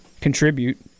contribute